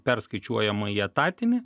perskaičiuojama į etatinį